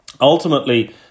Ultimately